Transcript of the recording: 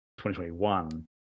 2021